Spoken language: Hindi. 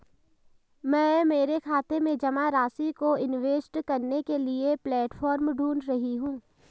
मैं मेरे खाते में जमा राशि को इन्वेस्ट करने के लिए प्लेटफॉर्म ढूंढ रही हूँ